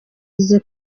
ize